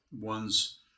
one's